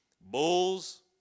bulls